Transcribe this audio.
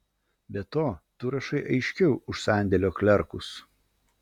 be to tu rašai aiškiau už sandėlio klerkus